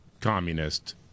communist